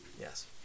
Yes